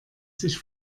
sich